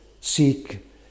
seek